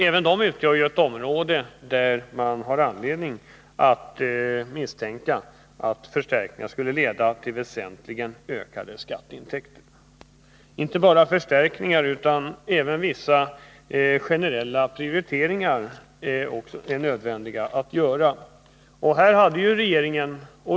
Även de utgör ett område där det finns anledning att misstänka att förstärkningar skulle leda till väsentligt ökade skatteintäkter. Det är inte bara förstärkningar som behövs, utan det är även nödvändigt att göra vissa generella prioriteringar.